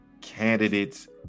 candidates